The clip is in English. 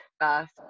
first